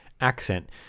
accent